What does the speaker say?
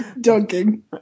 Dunking